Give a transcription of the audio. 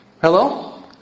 Hello